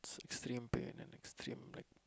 extreme pain and the extreme pain